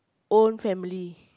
own family